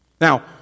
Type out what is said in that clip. Now